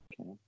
Okay